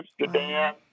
Amsterdam